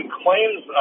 claims